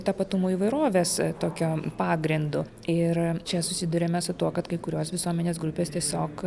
tapatumo įvairovės tokiu pagrindu ir čia susiduriame su tuo kad kai kurios visuomenės grupes tiesiog